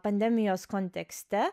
pandemijos kontekste